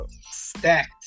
Stacked